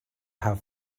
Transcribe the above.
have